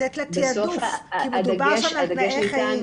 לתת לה תיעדוף, כי מדובר שם על תנאיי חיים.